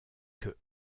que